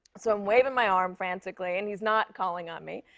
so i'm waving my arm frantically, and he's not calling on me.